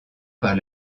par